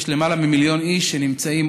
יש למעלה ממיליון איש שנמצאים,